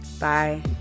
Bye